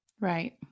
Right